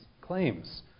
claims